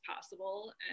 possible